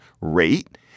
rate